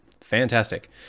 fantastic